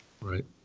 Right